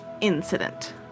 incident